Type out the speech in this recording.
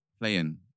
playing